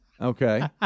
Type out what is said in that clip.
Okay